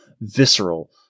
Visceral